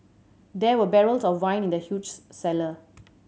there were barrels of wine in the huge cellar